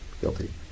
guilty